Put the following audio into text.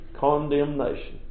condemnation